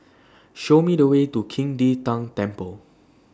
Show Me The Way to Qing De Tang Temple